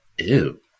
Ew